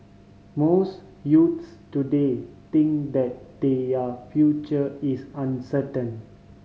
most youths today think that their future is uncertain